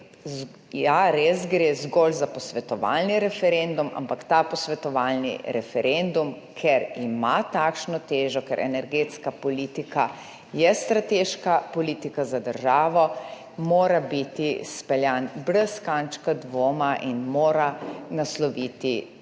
res gre zgolj za posvetovalni referendum, ampak ta posvetovalni referendum, ker ima takšno težo, ker je energetska politika strateška politika za državo, mora biti izpeljan brez kančka dvoma in mora nasloviti